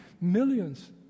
millions